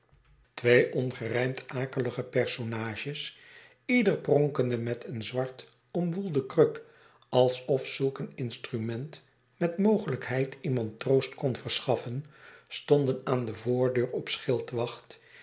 twee ongerijmd akelige personages ieder pronkende met een met zwart omwoelden kruk alsof zulk een instrument met mogelijkheid iemand troost kon verschaffen stonden aan de voordeur op